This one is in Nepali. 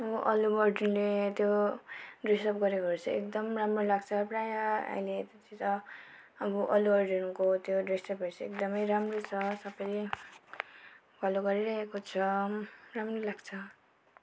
अल्लु अर्जुनले त्यो ड्रेस अप गरेकोहरू चाहिँ राम्रो लाग्छ प्रायः आहिलेतिर अब अल्लु अर्जुनको त्यो ड्रेस अपहरू चाहिँ एकदमै राम्रो छ सबैले फलो गरिरहेको छौँ राम्रो लाग्छ